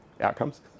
outcomes